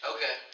Okay